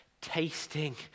tasting